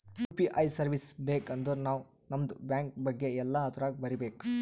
you P I service ಬೇಕ್ ಅಂದರ್ ನಾವ್ ನಮ್ದು ಬ್ಯಾಂಕ ಬಗ್ಗೆ ಎಲ್ಲಾ ಅದುರಾಗ್ ಬರೀಬೇಕ್